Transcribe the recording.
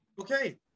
Okay